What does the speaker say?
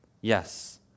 Yes